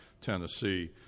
Tennessee